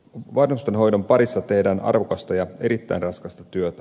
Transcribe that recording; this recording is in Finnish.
vanhustenhoidon parissa tehdään arvokasta ja erittäin raskasta työtä